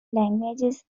languages